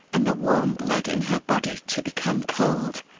and the warm blood in her body to become cold.